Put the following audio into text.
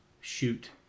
shoot